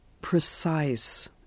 precise